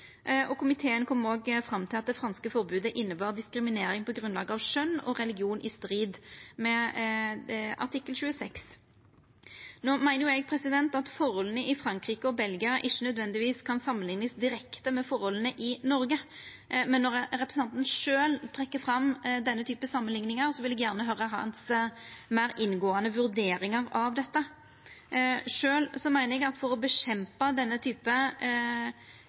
Komiteen kom òg fram til at det franske forbodet innebar diskriminering på grunnlag av kjønn og religion, i strid med artikkel 26. No meiner jo eg at forholda i Frankrike og Belgia ikkje nødvendigvis kan samanliknast direkte med forholda i Noreg, men når representanten sjølv trekkjer fram denne typen samanlikningar, vil eg gjerne høyra hans meir inngåande vurderingar av dette. Sjølv meiner eg at for å kjempa mot denne